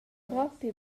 propi